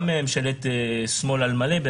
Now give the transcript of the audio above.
גם ממשלת שמאל על מלא.